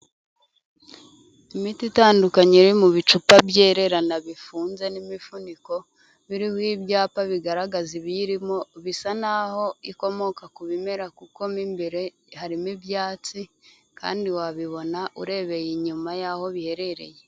Imiti itandukanye iri mu bicupa byererana bifunze n'imifuniko, biriho ibyapa bigaragaza ibiyirimo bisa naho ikomoka ku bimera, kuko mo imbere harimo ibyatsi kandi wabibona urebeye inyuma y'aho biherereye.